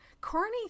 Corny